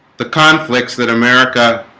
the conflicts that america